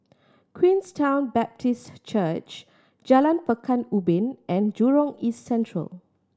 Queenstown Baptist Church Jalan Pekan Ubin and Jurong East Central